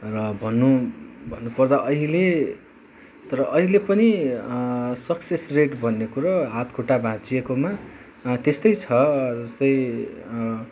र भन्नु भन्नु पर्दा अहिले तर अहिले पनि सक्सेस रेट भन्ने कुरो हातखुट्टा भाँच्चिएकोमा त्यस्तै छ जस्तै